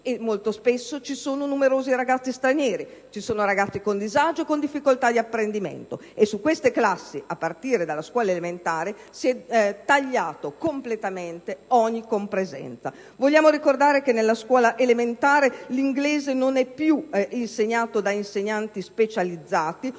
quali spesso vi sono ragazzi disabili (a volte, più di uno), stranieri, con disagi o difficoltà di apprendimento: su queste classi, a partire dalla scuola elementare, si è tagliato completamente ogni compresenza. Ricordo che nella scuola elementare l'inglese non è più insegnato da insegnanti specializzati (o